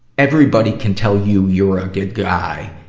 everybody can tell you you're a good guy.